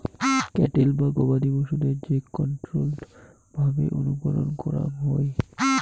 cattle বা গবাদি পশুদের যে কন্ট্রোল্ড ভাবে অনুকরণ করাঙ হই